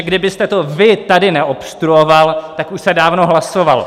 Kdybyste to vy tady neobstruoval, tak už se dávno hlasovalo.